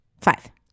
Five